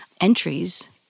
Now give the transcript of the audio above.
entries